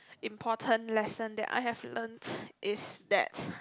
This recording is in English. important lesson that I have learnt is that